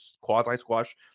quasi-squash